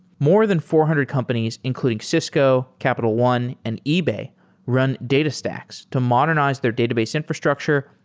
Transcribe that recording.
more than four hundred companies including cisco, capital one, and ebay run datastax to modernize their database infrastructure,